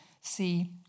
see